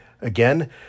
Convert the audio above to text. Again